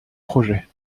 projets